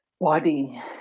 body